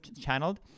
channeled